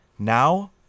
now